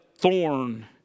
thorn